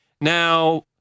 Now